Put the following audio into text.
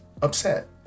upset